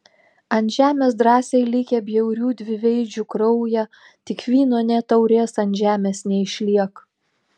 ant žemės drąsiai likę bjaurių dviveidžių kraują tik vyno nė taurės ant žemės neišliek